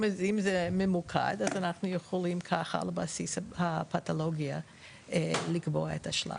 אם זה ממוקד אז אנחנו יכולים ככה על בסיס הפתולוגיה לקבוע את השלב.